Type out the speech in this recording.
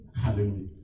Hallelujah